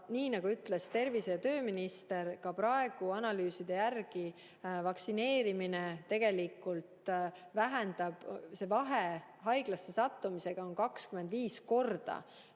nii nagu ütles tervise- ja tööminister, ka praegu analüüside järgi vaktsineerimine tegelikult vähendab seda vahet [haiglasse sattuvate ja mitte sinna